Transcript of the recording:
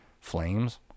Flames